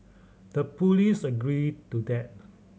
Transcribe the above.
the police agreed to that